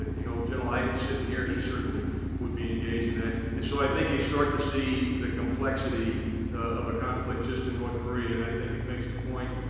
you know, general eitten sitting here, he certainly would be engaged in that. and, so i think you start to see the complexity of a conflict just in north korea. and, i think it makes the point,